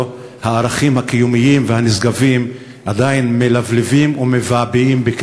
הערכים הקיומיים והנשגבים מלבלבים ומבעבעים.